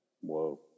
Whoa